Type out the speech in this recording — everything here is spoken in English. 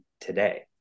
today